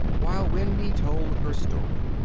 while wendy told her story.